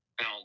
Now